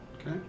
Okay